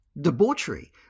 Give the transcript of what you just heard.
debauchery